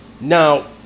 Now